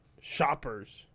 shoppers